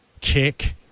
kick